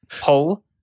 Pull